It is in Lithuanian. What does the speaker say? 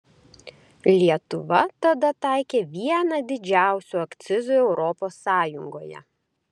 lietuva tada taikė vieną didžiausių akcizų europos sąjungoje